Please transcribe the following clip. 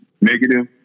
negative